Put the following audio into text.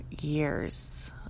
years